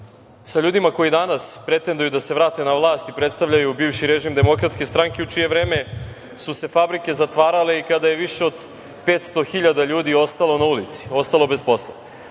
sa ljudima koji danas pretenduju da se vrate na vlast i predstavljaju bivši režim Demokratske stranke u čije vreme su se fabrike zatvarale i kada je više od 500.00 ljudi ostalo na ulici, dakle, ostalo bez posla. Kada